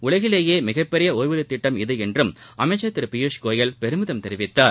உலகிலேயே மிகப்பெரிய ஓய்வூதிய திட்டம் இது என்றும் அமைச்சர் திரு பியூஷ் கோயல் பெருமிதம் தெரிவித்தார்